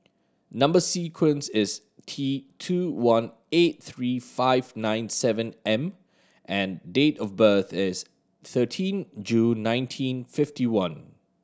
number sequence is T two one eight three five nine seven M and date of birth is thirteen June nineteen fifty one